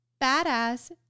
badass